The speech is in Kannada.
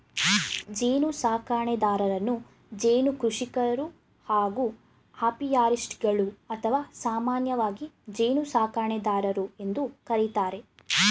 ಜೇನುಸಾಕಣೆದಾರರನ್ನು ಜೇನು ಕೃಷಿಕರು ಹಾಗೂ ಅಪಿಯಾರಿಸ್ಟ್ಗಳು ಅಥವಾ ಸಾಮಾನ್ಯವಾಗಿ ಜೇನುಸಾಕಣೆದಾರರು ಎಂದು ಕರಿತಾರೆ